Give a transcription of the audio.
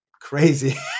crazy